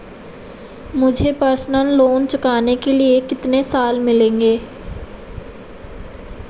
मुझे personal loan चुकाने के लिए कितने साल मिलेंगे?